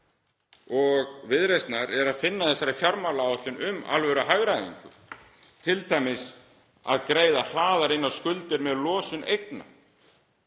og Viðreisnar er að finna í þessari fjármálaáætlun um alvöruhagræðingu, t.d. að greiða hraðar inn á skuldir með losun eigna.